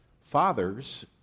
Fathers